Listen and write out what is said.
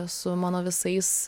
su mano visais